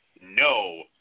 No